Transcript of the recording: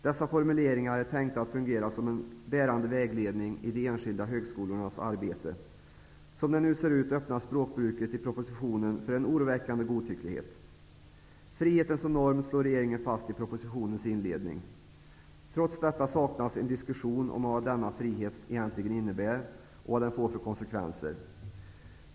Dessa formuleringar är tänkta att fungera som en bärande vägledning i de enskilda högskolornas arbete. Som det nu ser ut öppnar språkbruket i propositionen för en oroväckande godtycklighet. ''Friheten som norm'' slår regeringen fast i propositionens inledning. Trots detta saknas en diskussion om vad denna frihet egentligen innebär och vad den får för konsekvenser.